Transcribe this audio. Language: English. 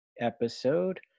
episode